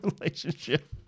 relationship